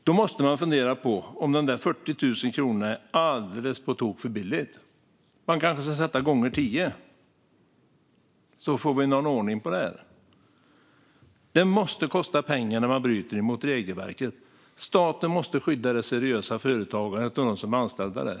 Vi måste fundera på om 40 000 kronor är på tok för lite. Det ska kanske vara tio gånger så mycket, så att vi får någon ordning på det här. Det måste kosta pengar när man bryter mot regelverket. Staten måste skydda de seriösa företagen och dem som är anställda där.